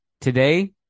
Today